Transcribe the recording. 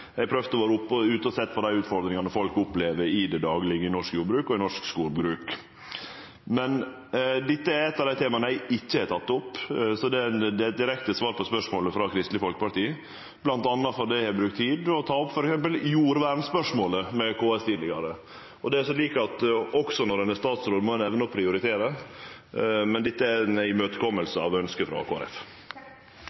Eg har prøvd å vere ute og sett på dei utfordringane som folk opplever i det daglege i norsk jordbruk og i norsk skogbruk. Men dette er eit av dei temaa eg ikkje har teke opp – så det er eit direkte svar på spørsmålet frå Kristeleg Folkeparti – bl.a. fordi eg har brukt tid på å ta opp f.eks. jordvernspørsmålet med KS tidlegare. Og det er slik at også når ein er statsråd, må ein evne å prioritere, men dette er